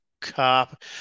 cop